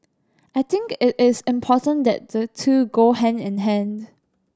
I think it it is important that the two go hand in hand